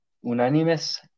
unánimes